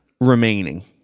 Remaining